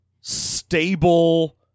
stable